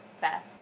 Beth